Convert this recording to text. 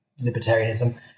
libertarianism